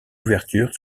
ouverture